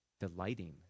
delighting